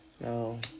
No